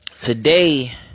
Today